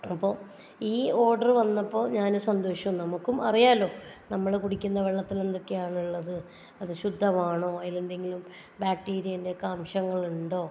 അപ്പോൾ ഈ ഓഡറ് വന്നപ്പോൾ ഞാൻ സന്തോഷം നമുക്കും അറിയാലോ നമ്മൾ കുടിക്കുന്ന വെള്ളത്തിൽ എന്തൊക്കെയാണുള്ളത് അത് ശുദ്ധമാണോ അതിൽ എന്തെങ്കിലും ബാക്ടീരിയേൻ്റെ ഒക്കെ അംശങ്ങൾ ഉണ്ടോ